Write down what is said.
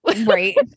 right